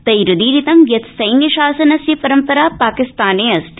तैरुदीरितं यत सैन्यशासनस्य परम्परा पाकिस्ताने अस्ति